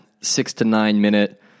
six-to-nine-minute